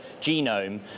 genome